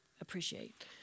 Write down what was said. appreciate